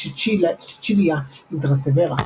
צ'צ'יליה אין טרסטוורה.